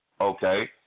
okay